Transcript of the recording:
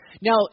Now